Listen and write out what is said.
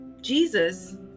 Jesus